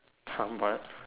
sun but